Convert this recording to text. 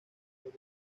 dos